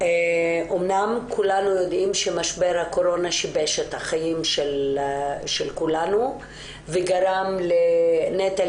אמנם כולנו יודעים שמשבר הקורונה שיבש את החיים של כולנו וגרם לנטל